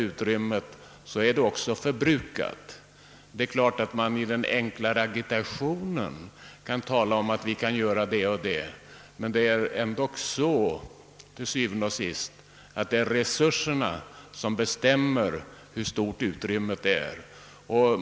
Det är klart att man i den enkla agitationen kan föreslå att man skall göra så och så, men det är till syvende och sidst resurserna som bestämmer hur stort utrymmet är.